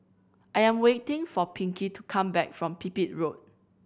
I am waiting for Pinkie to come back from Pipit Road